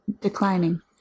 declining